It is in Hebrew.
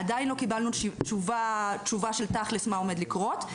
עדיין לא קיבלנו תשובה תכלס מה עומד לקרות.